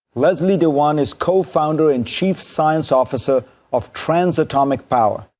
leslie dewan is co-founder and chief science officer of transatomic power.